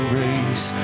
Grace